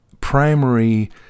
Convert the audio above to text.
primary